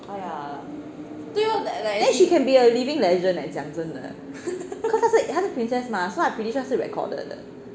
then she can be a living legend leh 讲真的 cause 她是 princess mah then I'm pretty sure 是 recorded 的